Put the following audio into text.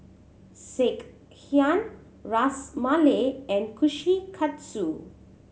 Sekihan Ras Malai and Kushikatsu